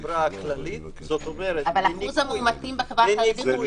הכללית -- אבל אחוז המאומתים בחברה החרדית הוא פי חמישה.